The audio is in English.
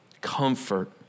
Comfort